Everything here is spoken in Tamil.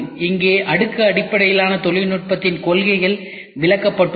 இங்கே அடுக்கு அடிப்படையிலான தொழில்நுட்பத்தின் கொள்கைகள் விளக்கப்பட்டுள்ளன